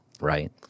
Right